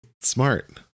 Smart